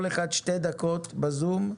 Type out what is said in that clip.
כל אחד שתי דקות ב-זום,